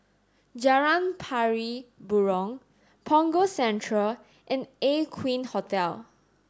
Jalan Pari Burong Punggol Central and Aqueen Hotel